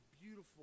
beautiful